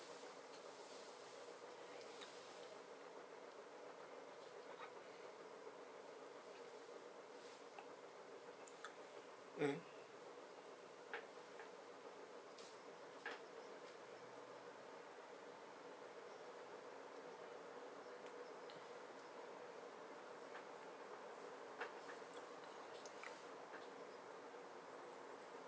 mm